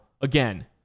again